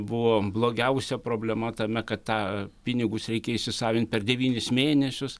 buvo blogiausia problema tame kad tą pinigus reikia įsisavint per devynis mėnesius